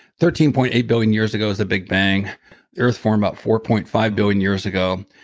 thirteen point eight billion years ago is the big bang. the earth form about four point five billion years ago,